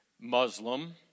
Muslim